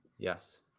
Yes